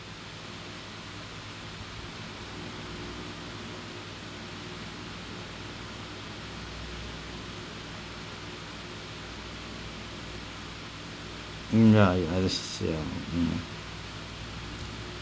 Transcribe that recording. mm yeah yes yeah mm